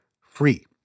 free